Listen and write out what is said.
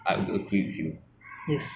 uh you find one thousand dollars on the road